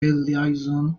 liaison